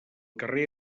carrer